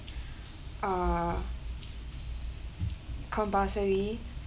uh compulsory